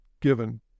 given